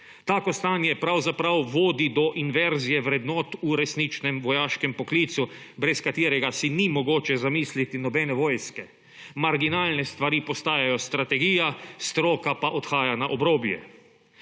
Tako stanje pravzaprav vodi do inverzije vrednot v resničnem vojaškem poklicu, brez katerega si ni mogoče zamisliti nobene vojske, marginalne stvari postajajo strategija, stroka pa odhaja na obrobje.